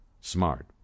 smart